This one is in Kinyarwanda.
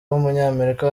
w’umunyamerika